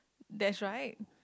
that's right